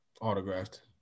Autographed